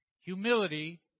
Humility